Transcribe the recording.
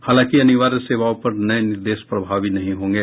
हालांकि अनिवार्य सेवाओं पर नये निर्देश प्रभावी नहीं होंगे